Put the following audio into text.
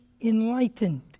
enlightened